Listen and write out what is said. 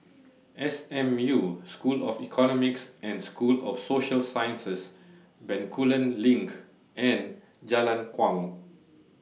S M U School of Economics and School of Social Sciences Bencoolen LINK and Jalan Kuang